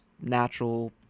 natural